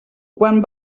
quan